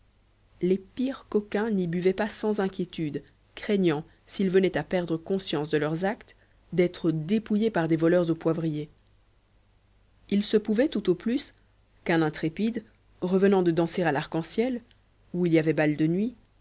les pires coquins n'y buvaient pas sans inquiétude craignant s'ils venaient à perdre conscience de leurs actes d'être dépouillés par des voleurs au poivrier il se pouvait tout au plus qu'un intrépide revenant de danser à l'arc-en-ciel où il y avait bal de nuit